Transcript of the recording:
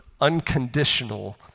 unconditional